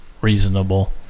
reasonable